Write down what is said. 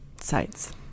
sites